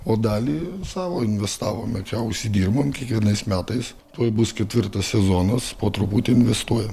o dalį savo investavome čia užsidirbam kiekvienais metais tuoj bus ketvirtas sezonas po truputį investuojam